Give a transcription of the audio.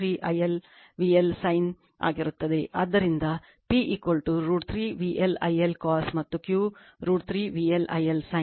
ಆದ್ದರಿಂದ P √ 3 VL I L cos ಮತ್ತು Q √ 3 VL I L sin